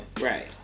Right